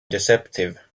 deceptive